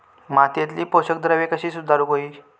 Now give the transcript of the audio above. मातीयेतली पोषकद्रव्या कशी सुधारुक होई?